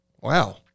Wow